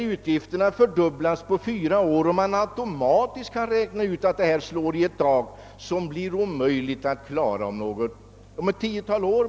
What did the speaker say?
Utgifterna fördubblas på fyra år och man kan automatiskt räkna ut att man får kostnader som blir omöjliga att klara om ett tiotal år.